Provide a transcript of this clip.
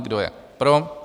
Kdo je pro?